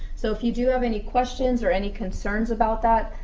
so if you do have any questions or any concerns about that,